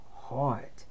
heart